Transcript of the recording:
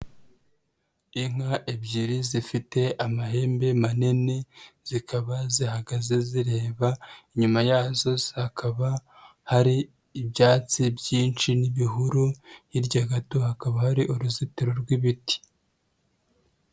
Inka ebyiri zifite amahembe manini zikaba zihagaze zireba, inyuma yazo zakaba hari ibyatsi byinshi n'ibihuru, hirya gato hakaba hari uruzitiro rw'ibiti.